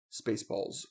Spaceballs